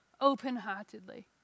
open-heartedly